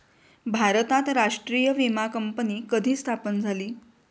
भारतात राष्ट्रीय विमा कंपनी कधी स्थापन झाली?